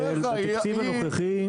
כל האנשים מתקנים אצלנו את המכוניות,